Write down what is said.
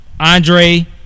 Andre